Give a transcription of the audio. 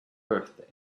birthday